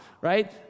Right